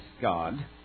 God